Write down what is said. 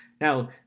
Now